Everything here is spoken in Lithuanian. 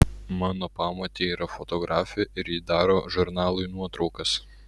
mano pamotė yra fotografė ir ji daro žurnalui nuotraukas